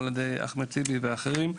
אחמד טיבי ואחרים,